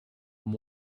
and